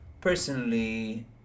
Personally